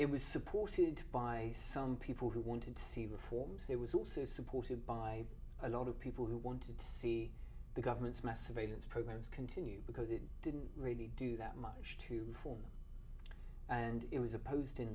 it was supported by some people who wanted to see reforms it was also supported by a lot of people who wanted to see the government's massive aiden's programs continue because it didn't really do that much to form and it was opposed in